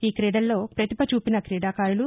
ఈ క్రీడల్లో ప్రతిభ చూపిన క్రీడాకారులు